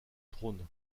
trône